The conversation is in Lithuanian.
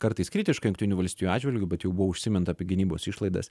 kartais kritiška jungtinių valstijų atžvilgiu bet jau buvo užsiminta apie gynybos išlaidas